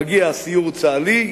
מגיע סיור צה"לי,